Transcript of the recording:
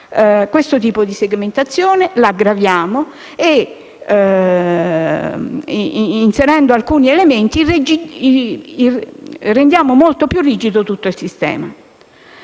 questo tipo di segmentazione, la aggraviamo e, inserendo alcuni elementi, rendiamo molto più rigido tutto il sistema.